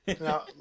Now